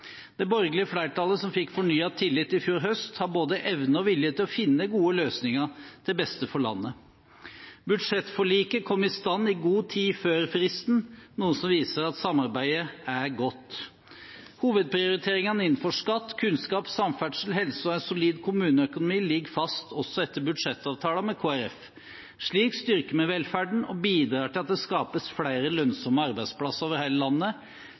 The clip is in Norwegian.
Det borgerlige flertallet som fikk fornyet tillit i fjor høst, har både evne og vilje til å finne gode løsninger til det beste for landet. Budsjettforliket kom i stand i god tid før fristen, noe som viser at samarbeidet er godt. Hovedprioriteringene innenfor skatt, kunnskap, samferdsel, helse og en solid kommuneøkonomi ligger fast også etter budsjettavtalen med Kristelig Folkeparti. Slik styrker vi velferden og bidrar til at det skapes flere lønnsomme arbeidsplasser over hele landet.